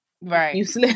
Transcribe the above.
right